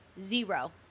Zero